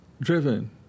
driven